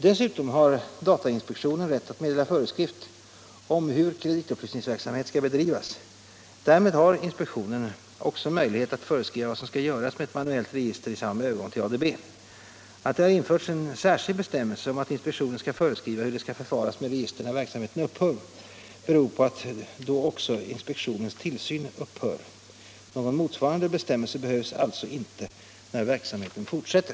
Dessutom har datainspektionen rätt att meddela föreskrift om hur kreditupplysningsverksamhet skall bedrivas. Därmed har inspektionen också möjlighet att föreskriva vad som skall göras med ett manuellt register i samband med övergång till ADB. Att det har införts en särskild bestämmelse om att inspektionen skall föreskriva hur det skall förfaras med register när verksamheten upphör beror på att då också inspektionens tillsyn upphör. Någon motsvarande bestämmelse behövs alltså inte när verksamheten fortsätter.